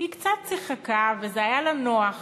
היא קצת שיחקה, והיה לה נוח.